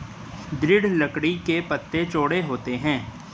दृढ़ लकड़ी के पत्ते चौड़े होते हैं